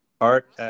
art